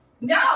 No